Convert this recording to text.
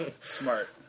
Smart